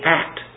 act